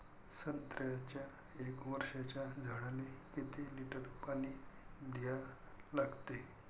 संत्र्याच्या एक वर्षाच्या झाडाले किती लिटर पाणी द्या लागते?